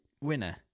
winner